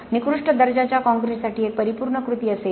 निकृष्ट दर्जाच्या काँक्रीटसाठी ही एक परिपूर्ण कृती असेल